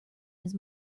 his